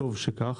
וטוב שכך.